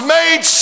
made